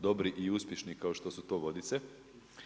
dobri i uspješni kao što su to Vodice.